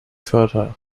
fertile